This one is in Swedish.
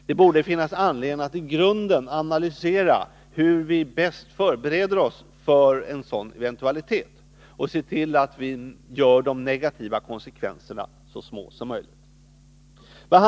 Det borde finnas anledning att i grunden analysera hur vi bäst förbereder oss för en sådan eventualitet och att göra de negativa konsekvenserna så små som möjligt.